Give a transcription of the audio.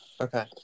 okay